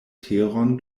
teron